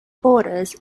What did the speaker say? borders